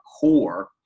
core